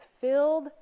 filled